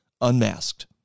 unmasked